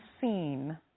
seen